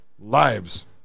lives